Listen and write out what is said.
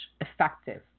effective